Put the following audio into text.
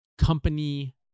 company